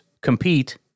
compete